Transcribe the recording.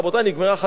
נגמרה החגיגה.